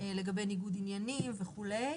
לגבי ניגוד עניינים וכו'.